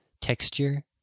texture